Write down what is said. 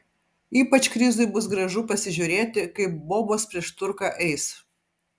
ypač krizui bus gražu pasižiūrėti kaip bobos prieš turką eis